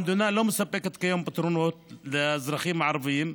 המדינה לא מספקת כיום פתרונות לאזרחים הערבים,